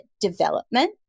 development